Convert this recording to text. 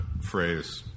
phrase